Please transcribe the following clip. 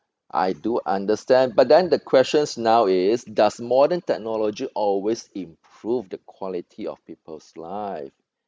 I do understand but then the question now is does modern technology always improve the quality of people's life